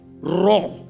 raw